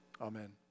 Amen